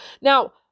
Now